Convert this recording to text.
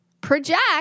Project